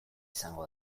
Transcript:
izango